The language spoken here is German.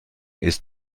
ist